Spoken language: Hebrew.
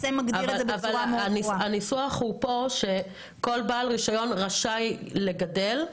הניסוח כאן הוא שכל בעל רישיון רשאי לגדל.